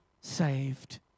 saved